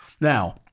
Now